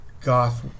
goth